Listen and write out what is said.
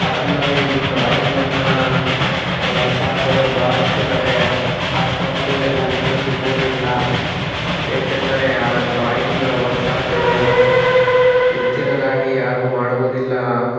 ಅದಲ್ಲದೆ ಈ ಡ್ರಾಯಿಂಗನ್ನು ವರ್ಕ್ಶಾಪ್ಗಳು ಬಹಳಷ್ಟು ಕಡೆ ಅಷ್ಟೊಂದು ಎಲ್ಲರಿಗೂ ಸಿಗುವುದಿಲ್ಲ ಏಕೆಂದರೆ ಆ ಡ್ರಾಯಿಂಗ್ ವರ್ಕ್ಶಾಪ್ಗಳು ಹೆಚ್ಚಿನದಾಗಿ ಯಾರು ಮಾಡುವುದಿಲ್ಲ